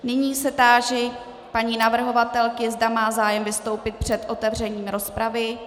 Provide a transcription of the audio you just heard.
Nyní se táži paní navrhovatelky, zda má zájem vystoupit před otevřením rozpravy.